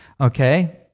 okay